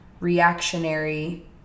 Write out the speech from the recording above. Reactionary